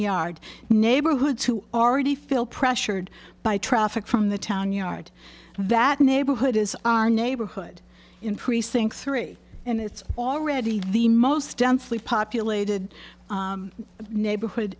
yard neighborhoods who already feel pressured by traffic from the town yard that neighborhood is on neighborhood in precinct three and it's already the most densely populated neighborhood